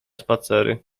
spacery